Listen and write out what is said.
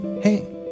Hey